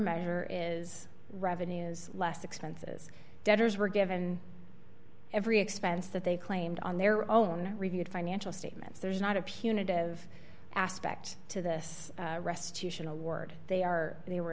measure is revenues less expenses debtors were given every expense that they claimed on their own reviewed financial statements there's not a punitive aspect to this restitution award they are they were